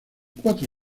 cuatro